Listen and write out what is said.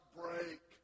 break